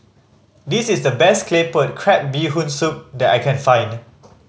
this is the best Claypot Crab Bee Hoon Soup that I can find